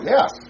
Yes